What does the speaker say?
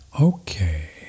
Okay